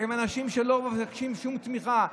הם אנשים שלא מבקשים שום תמיכה.